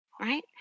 right